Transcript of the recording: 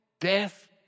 death